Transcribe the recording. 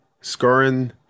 scoring